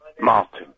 Martin